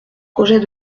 projet